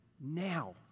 now